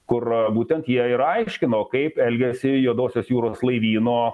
kur būtent jie ir aiškino kaip elgiasi juodosios jūros laivyno